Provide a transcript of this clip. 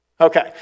Okay